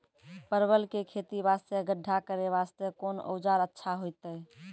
परवल के खेती वास्ते गड्ढा करे वास्ते कोंन औजार अच्छा होइतै?